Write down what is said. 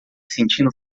sentindo